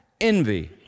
Envy